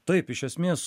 taip iš esmės